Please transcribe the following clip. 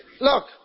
Look